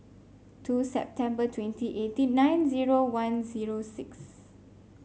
two September twenty eighteen nine zero one zero six